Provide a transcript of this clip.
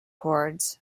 chords